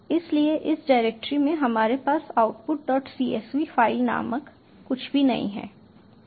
इसलिए इस डायरेक्टरी में हमारे पास outputcsv फ़ाइल नामक कुछ भी नहीं है